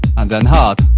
and then hard.